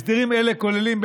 הסדרים אלה כוללים,